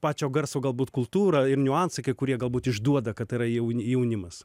pačio garso galbūt kultūra ir niuansai kai kurie galbūt išduoda kad tai yra jauni jaunimas